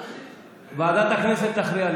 ועדת הכנסת תכריע.